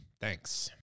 Thanks